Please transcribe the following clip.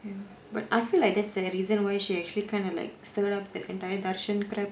ya but I feel like there's the reason why she actually kind of like stirred up the entire tharshan crap